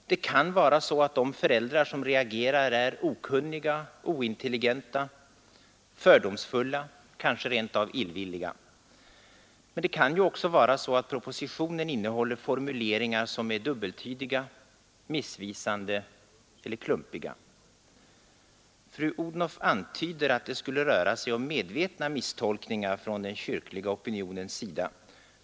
Det kan vara så att de föräldrar som reagerar är okunniga, ointelligenta, fördomsfulla och kanske rent av illvilliga. Men det kan ju också vara så att propositionen innehåller formuleringar som är dubbeltydiga, missvisande eller klumpiga. Fru Odhnoff antyder att det skulle röra sig om medvetna misstolkningar från den kyrkliga opinionens sida.